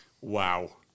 Wow